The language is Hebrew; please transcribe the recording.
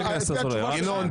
לפי התשובה שלך --- ינון,